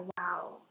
wow